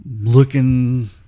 looking